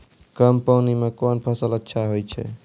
कम पानी म कोन फसल अच्छाहोय छै?